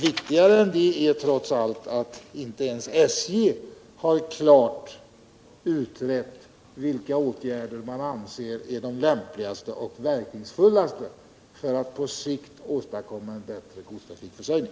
Viktigare än det är trots allt att inte ens SJ har klart utrett vilka åtgärder man anser är de lämpligaste och verkningsfulllaste för att på sikt åstadkomma en bättre godstrafikförsörjning.